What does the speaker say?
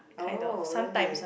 oh really